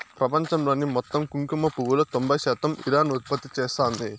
ప్రపంచంలోని మొత్తం కుంకుమ పువ్వులో తొంబై శాతం ఇరాన్ ఉత్పత్తి చేస్తాంది